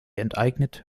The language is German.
enteignet